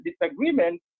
disagreement